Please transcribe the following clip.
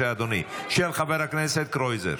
של חבר הכנסת קרויזר.